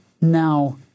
now